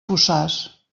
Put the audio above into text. fossars